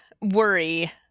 worry